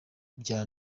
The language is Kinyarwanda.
ibya